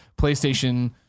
PlayStation